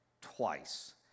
twice